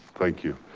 thank you.